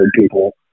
people